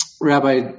Rabbi